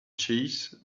cheese